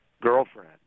girlfriend